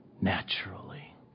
naturally